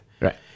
Right